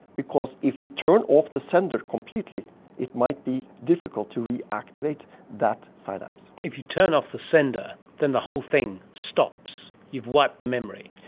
because if you turn off the sender completely it might be difficult to reactivate that synapse. if you turn off the sender then the whole thing stops, you've wiped the memory.